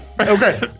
Okay